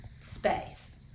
space